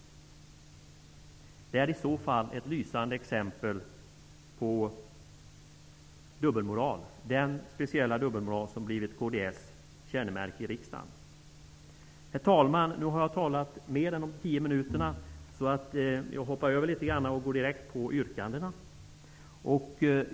Det är i så fall ett lysande exempel på dubbelmoral -- den speciella dubbelmoral som blivit kds kännemärke i riksdagen. Herr talman! Nu har jag använt mer än 10 minuter. Jag får hoppa över litet grand och gå direkt på yrkandena.